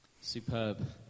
Superb